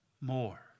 more